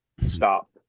Stop